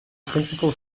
principal